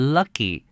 ,Lucky